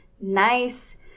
nice